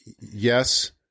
yes